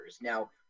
Now